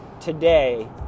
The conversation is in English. today